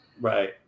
Right